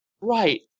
Right